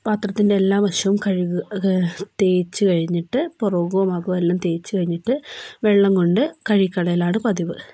പാത്രത്തിന്റെ എല്ലാ വശവും കഴുകുക തേച്ച് കഴിഞ്ഞിട്ട് പുറവും അകവും എല്ലം തേച്ചു കഴിഞ്ഞിട്ട് വെള്ളം കൊണ്ട് കഴുകിക്കളയലാണ് പതിവ്